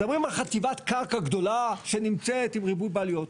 אנחנו מדברים על חטיבת קרקע גדולה שנמצאת עם ריבוי בעלויות.